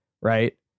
right